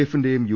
എഫിന്റെയും U